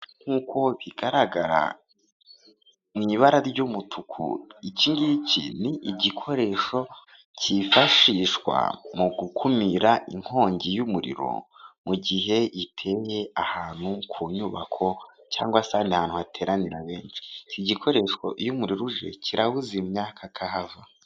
Nk'uko bigaragara mu ibara ry'umutuku, iki ngiki n'igikoresho cyifashishwa mu gukumira inkongi y'umuriro mu gihe iteye ahantu ku nyubako cyangwa se ahandi ahantu hateranira benshi, iki gikoresho iyo umuriro uje kirawuzimya kakahava.